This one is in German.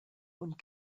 und